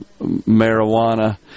marijuana